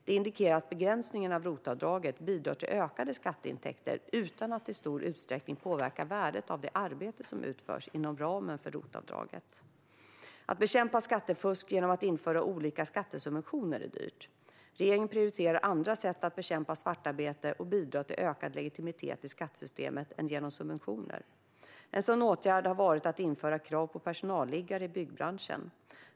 Detta indikerar att begränsningen av ROT-avdraget bidrar till ökade skatteintäkter utan att i stor utsträckning påverka värdet av det arbete som utförs inom ramen för ROT-avdraget. Att bekämpa skattefusk genom att införa olika skattesubventioner blir dyrt. Regeringen prioriterar andra sätt att bekämpa svartarbete och bidra till ökad legitimitet i skattesystemet än genom subventioner. En sådan åtgärd har varit att införa krav på personalliggare i byggbranschen.